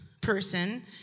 person